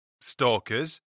stalkers